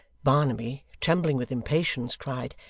barnaby, trembling with impatience, cried,